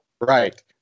right